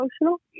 emotional